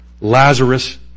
Lazarus